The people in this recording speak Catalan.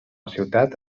ciutat